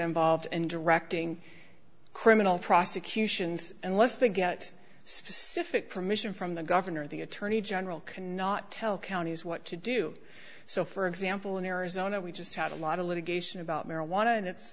involved and directing criminal prosecutions unless they get specific permission from the governor the attorney general cannot tell counties what to do so for example in arizona we just have a lot of litigation about marijuana and it's